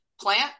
plant